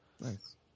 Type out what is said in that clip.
Nice